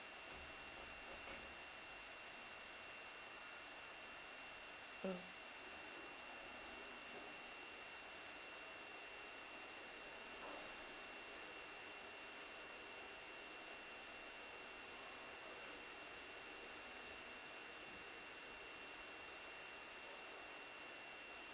um